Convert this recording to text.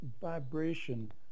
vibration